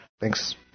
Thanks